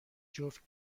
جفت